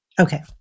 Okay